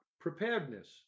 Preparedness